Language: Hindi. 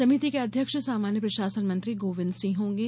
समिति के अध्यक्ष सामान्य प्रशासन मंत्री गोविंद सिंह होंगे